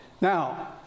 Now